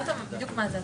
הגדרתי מה זאת